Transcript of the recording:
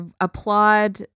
applaud